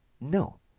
no